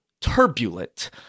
turbulent